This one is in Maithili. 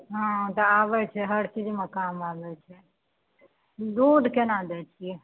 हँ तऽ आबै छै हर चीजमे काम आबै छै दूध केना दै छियै